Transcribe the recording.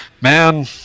man